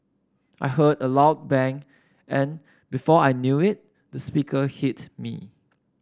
I heard a loud bang and before I knew it the speaker hit me